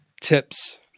tips